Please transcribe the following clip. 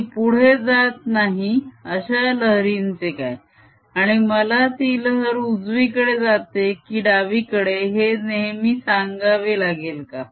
जी पुढे जात नाही अश्या लहरीचे काय आणि मला ती लहर उजवीकडे जाते की डावीकडे हे नेहमी सांगावे लागेल का